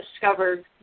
discovered